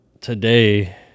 today